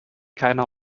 keiner